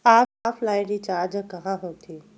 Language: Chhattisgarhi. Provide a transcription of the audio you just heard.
ऑफलाइन रिचार्ज कहां होथे?